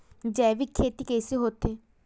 जैविक खेती कइसे होथे?